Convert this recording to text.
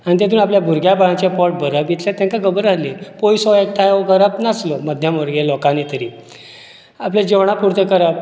आनी तेतून आपल्या भुरग्यां बाळांचे पोट भरप इतले तांकां खबर आसली पयसो एकठांय उबारप नासलो मध्यम वर्गीय लोकांनी तरी आपले जेवणा पुरतें करप